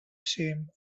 shame